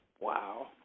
Wow